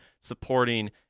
supporting